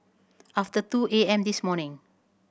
after two A M this morning